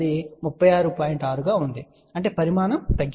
6 గా ఉంది అంటే పరిమాణం తగ్గింది